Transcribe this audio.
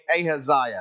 Ahaziah